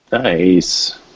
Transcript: nice